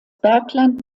bergland